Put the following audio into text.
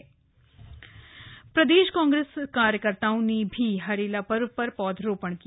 हरेला कांग्रेस प्रदेश कांग्रेस कार्यकर्ताओं ने भी हरेला पर्व पर पौधरोपण किया